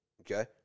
okay